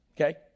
Okay